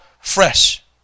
fresh